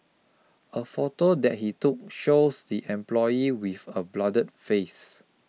a photo that he took shows the employee with a bloodied face